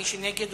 מי שנגד,